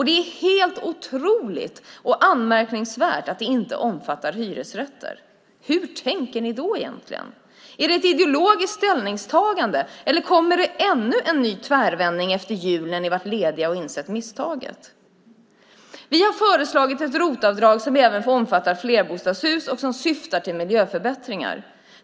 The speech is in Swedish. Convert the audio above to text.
Det är också helt otroligt att det inte omfattar hyresrätter. Hur tänker ni då? Är det ett ideologiskt ställningstagande, eller kommer det ännu en tvärvändning efter jul när ni varit lediga och insett misstaget? Vi har föreslagit ett ROT-avdrag som även omfattar flerbostadshus och som syftar till miljöförbättringar.